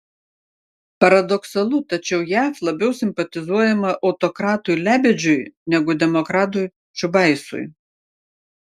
paradoksalu tačiau jav labiau simpatizuojama autokratui lebedžiui negu demokratui čiubaisui